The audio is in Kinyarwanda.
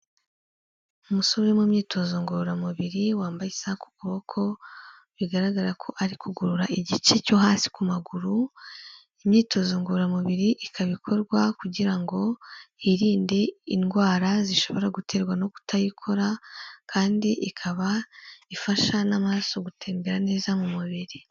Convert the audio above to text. Umusore uri mu myitozo ngororamubiri wambaye isaha ku kuboko bigaragara ko ari kugorora igice cyo hasi ku maguru, imyitozo ngororamubiri ikaba ikorwa kugira ngo hirinde indwara zishobora guterwa no kutayikora kandi ikaba ifasha n'amaraso gutembera neza mu mubiri.